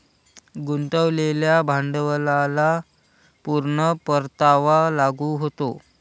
गुंतवलेल्या भांडवलाला पूर्ण परतावा लागू होतो